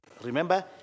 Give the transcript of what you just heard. Remember